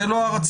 זה לא הרציונל.